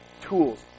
tools